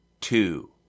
two